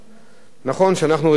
נכון שאנחנו רגילים כאן,